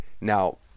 Now